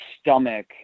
stomach